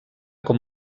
com